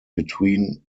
between